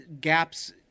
gaps